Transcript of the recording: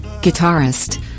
guitarist